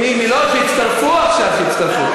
לא, שהצטרפו עכשיו, שהצטרפו.